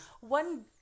one